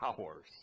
hours